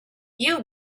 you